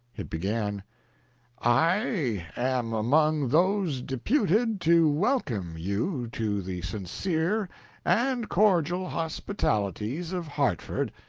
he began i am among those deputed to welcome you to the sincere and cordial hospitalities of hartford,